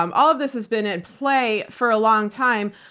um all of this has been in play for a long time.